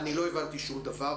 --- אני לא הבנתי שום דבר.